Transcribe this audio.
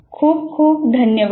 खूप खूप धन्यवाद